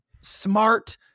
smart